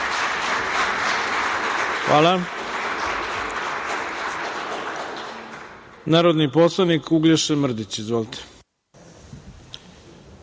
ima narodni poslanik Uglješa Mrdić. Izvolite.